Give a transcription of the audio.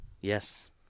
Yes